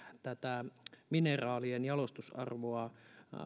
tätä mineraalien jalostusarvoa